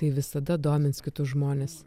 tai visada domins kitus žmones